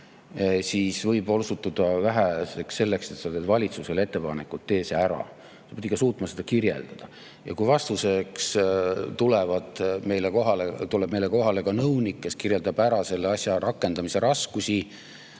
sellest võib osutuda väheseks, et sa teed valitsusele ettepaneku: "Tee see ära!" Sa pead suutma seda kirjeldada. Kui vastamiseks tuleb meile kohale ka nõunik, kes kirjeldab ära selle asja rakendamise raskused